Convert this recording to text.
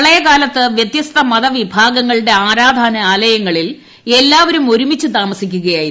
പ്രളയകാലത്ത് വ്യത്യസ്ത മതവിഭാഗങ്ങളുടെ ആരാധനാലയങ്ങളിൽ എല്ലാവരും ഒരുമിച്ച് താമസിക്കുകയായിരുന്നു